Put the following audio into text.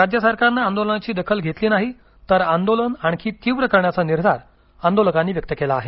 राज्य सरकारने आंदोलनाची दखल घेतली नाही तर आंदोलन आणखी तीव्र करण्याचा निर्धार आंदोलकांनी व्यक्त केला आहे